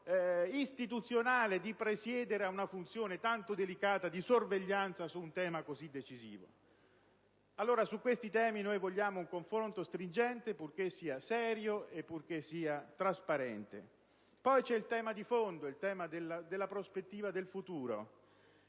istituzionale di presiedere a una funzione tanto delicata di sorveglianza su un tema così decisivo. Su questi temi vogliamo un confronto stringente, purché sia serio e trasparente. Vi è poi il tema di fondo, della prospettiva, del futuro.